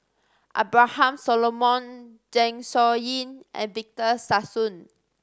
Abraham Solomon Zeng Shouyin and Victor Sassoon